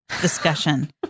discussion